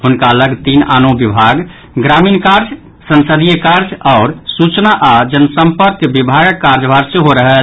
हुनका लऽग तीन आनो विभाग ग्रामीण कार्य संसदीय कार्य आओर सूचना आ जनसम्पर्क विभागक कार्यभार सेहो रहत